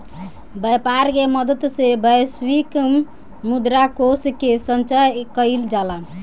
व्यापर के मदद से वैश्विक मुद्रा कोष के संचय कइल जाला